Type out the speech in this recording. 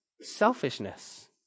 selfishness